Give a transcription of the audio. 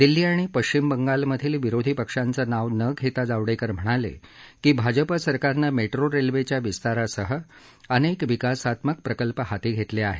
दिल्ली आणि पश्चिम बंगालमधील विरोधी पक्षांचं नाव न घेता जावडेकर म्हणाले भाजप सरकारनं मेट्रो रेल्वेच्या विस्तारासह अनेक विकासात्मक प्रकल्प हाती घेतले आहेत